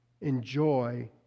enjoy